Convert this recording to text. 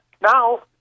Now